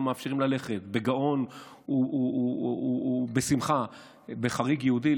מאפשרים ללכת בגאון ובשמחה ב"חריג יהודי",